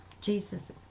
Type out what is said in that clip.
Jesus